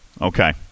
okay